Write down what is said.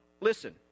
listen